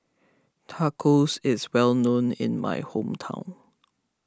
Tacos is well known in my hometown